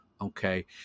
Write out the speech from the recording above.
Okay